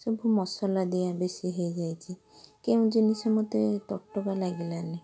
ସବୁ ମସଲା ଦିଆ ବେଶୀ ହେଇଯାଇଛି କେଉଁ ଜିନିଷ ମୋତେ ତଟକା ଲାଗିଲାନି